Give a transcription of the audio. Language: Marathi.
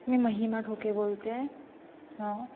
मी महिमा ढोके बोलते आहे हं